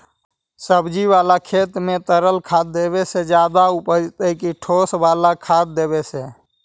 सब्जी बाला खेत में तरल खाद देवे से ज्यादा उपजतै कि ठोस वाला खाद देवे से?